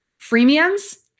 freemium's